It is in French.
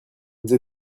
vous